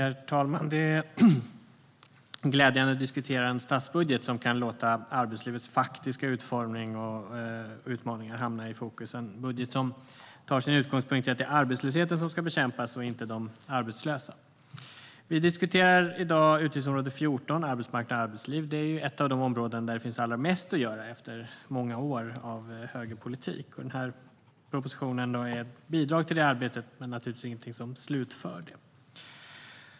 Herr talman! Det är glädjande att diskutera en statsbudget som kan låta arbetslivets faktiska utformning och utmaningar hamna i fokus. Det är en budget som tar sin utgångspunkt i att det är arbetslösheten som ska bekämpas och inte de arbetslösa. Vi diskuterar i dag utgiftsområde 14 om arbetsmarknad och arbetsliv. Det är ett av de områden där det finns allra mest att göra efter många år av högerpolitik. Denna proposition är ett bidrag till det arbetet men naturligtvis ingenting som slutför det.